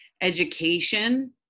education